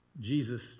Jesus